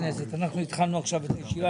להקפאת השכר של חברי הכנסת גם בנוגע לשרים,